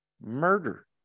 murder